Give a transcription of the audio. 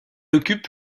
occupe